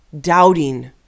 doubting